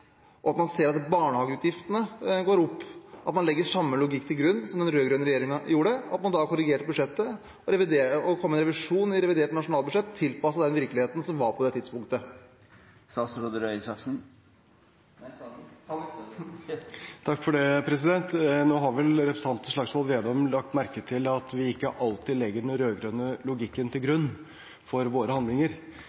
og man ser at barnehageutgiftene går opp, er det ikke da logisk å legge samme logikk til grunn som den rød-grønne regjeringen og korrigere budsjettet med en revisjon i revidert nasjonalbudsjett, tilpasset virkeligheten på det tidspunktet? Nå har vel representanten Slagsvold Vedum lagt merke til at vi ikke alltid legger den rød-grønne logikken til